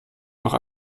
auch